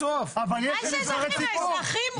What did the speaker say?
אבל בסוף יש אזרחים.